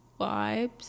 vibes